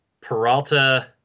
Peralta